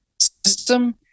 system